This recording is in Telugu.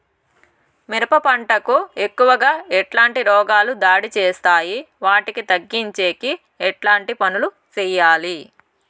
మిరప పంట కు ఎక్కువగా ఎట్లాంటి రోగాలు దాడి చేస్తాయి వాటిని తగ్గించేకి ఎట్లాంటి పనులు చెయ్యాలి?